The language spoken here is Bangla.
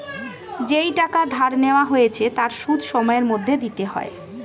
যেই টাকা ধার নেওয়া হয়েছে তার সুদ সময়ের মধ্যে দিতে হয়